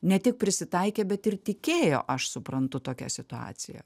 ne tik prisitaikė bet ir tikėjo aš suprantu tokia situacija